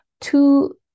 two